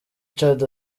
richard